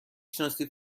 شناسی